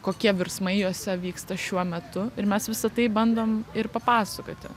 kokie virsmai jose vyksta šiuo metu ir mes visa tai bandom ir papasakoti